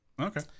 okay